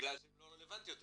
בגלל שהם לא רלבנטיים אליה.